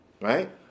Right